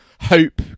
hope